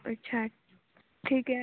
अच्छा ठीक आहे